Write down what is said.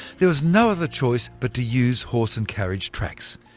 there was no other choice but to use horse-and-carriage tracks.